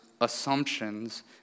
assumptions